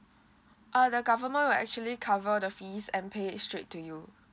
uh the government will actually cover the fees and pay it straight to you